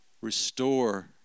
restore